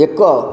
ଏକ